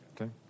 Okay